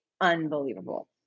unbelievable